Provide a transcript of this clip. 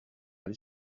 les